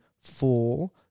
four